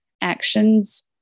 actions